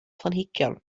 planhigion